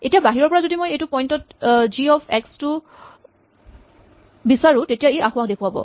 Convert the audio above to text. এতিয়া বাহিৰৰ পৰা যদি মই এইটো পইন্ট ত জি অফ এক্স টো বিচাৰো ই তেতিয়া আসোঁৱাহ দেখুৱাব